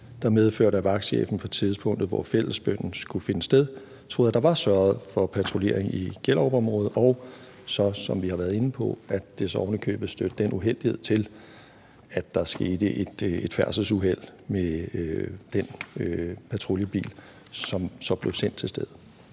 der medførte, at vagtchefen på tidspunktet, hvor fællesbønnen skulle finde sted, troede, at der var sørget for patruljering i Gellerupområdet; og som vi har været inde på, stødte der ovenikøbet den uheldighed til, at der skete et færdselsuheld med den patruljebil, som så blev sendt til stedet.